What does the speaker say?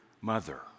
mother